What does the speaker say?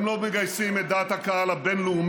הם לא מגייסים את דעת הקהל הבין-לאומית,